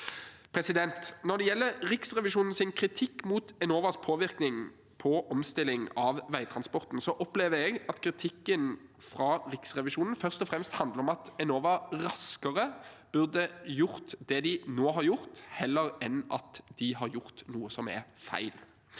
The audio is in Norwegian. betydelig. Når det gjelder Riksrevisjonens kritikk mot Enovas påvirkning på omstilling av veitransporten, opplever jeg at kritikken fra Riksrevisjonen først og fremst handler om at Enova raskere burde gjort det de nå har gjort, heller enn at de har gjort noe som er feil.